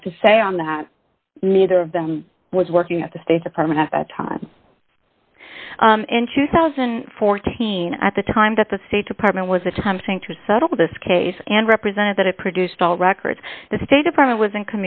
have to say on that neither of them was working at the state department at that time in two thousand and fourteen at the time that the state department was attempting to settle this case and represented that it produced all records the state department was in